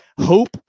Hope